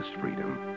freedom